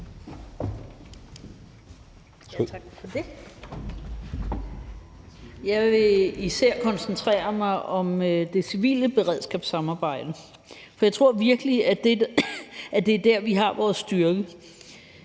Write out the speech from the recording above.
Jeg vil især koncentrere mig om det civile beredskabssamarbejde, for jeg tror virkelig, at det er der, vi har vores styrke.